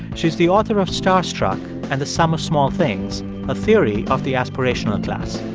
she's the author of starstruck and the sum of small things a theory of the aspirational class.